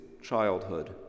childhood